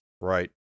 Right